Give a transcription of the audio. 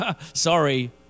sorry